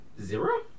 Zero